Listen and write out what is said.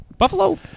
Buffalo